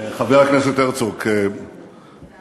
חבר הכנסת הרצוג, בוז'י,